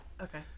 Okay